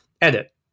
Edit